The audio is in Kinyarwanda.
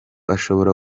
ashobora